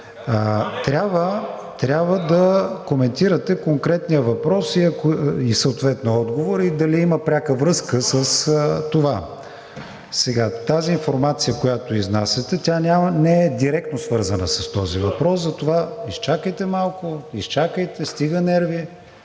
трябва да коментирате конкретния въпрос и съответно отговор и дали има пряка връзка с това. Тази информация, която изнасяте, не е директно свързана с този въпрос, затова… БАЙРАМ БАЙРАМ (ДПС, встрани